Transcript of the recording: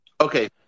Okay